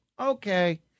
okay